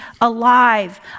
alive